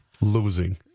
Losing